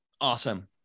Awesome